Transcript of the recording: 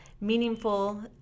meaningful